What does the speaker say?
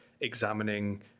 examining